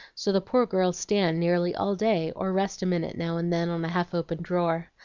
so the poor girls stand nearly all day, or rest a minute now and then on a half-opened drawer.